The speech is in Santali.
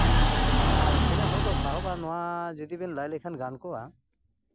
ᱦᱮᱸ ᱟᱨ ᱛᱤᱱᱟᱹᱜ ᱦᱚᱲᱠᱚ ᱥᱟᱦᱚᱵᱼᱟ ᱱᱚᱣᱟ ᱡᱩᱫᱤ ᱵᱮᱱ ᱞᱟᱹᱭ ᱞᱮᱠᱷᱟᱱ ᱜᱟᱱ ᱠᱚᱜᱼᱟ